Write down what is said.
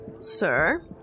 sir